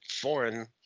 foreign